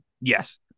Yes